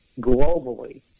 globally